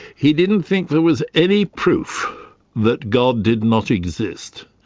he didn't think there was any proof that god did not exist,